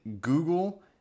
Google